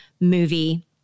movie